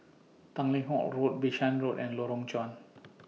Tanglin Halt Road Bishan Road and Lorong Chuan